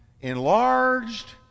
enlarged